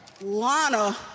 Lana